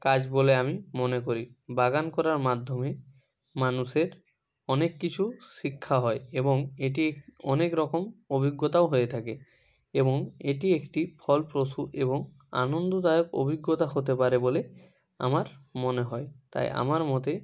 কাজ বলে আমি মনে করি বাগান করার মাধ্যমে মানুষের অনেক কিছু শিক্ষা হয় এবং এটি অনেক রকম অভিজ্ঞতাও হয়ে থাকে এবং এটি একটি ফলপ্রসূ এবং আনন্দদায়ক অভিজ্ঞতা হতে পারে বলে আমার মনে হয় তাই আমার মতে